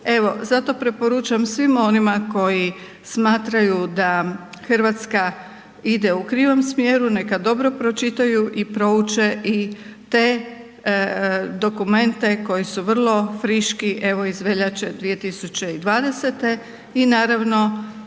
Evo, zato preporučam svima onima koji smatraju da Hrvatska ide u krivom smjeru, neka dobro pročitaju i prouče i te dokumente koji su vrlo friški, evo iz veljače 2020. i naravno,